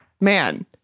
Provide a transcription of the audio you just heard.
man